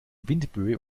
windböe